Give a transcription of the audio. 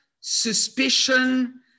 suspicion